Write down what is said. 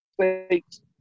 States